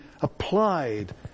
applied